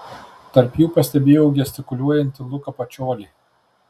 tarp jų pastebėjau gestikuliuojantį luką pačiolį